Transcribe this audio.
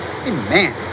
Amen